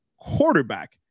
quarterback